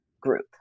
group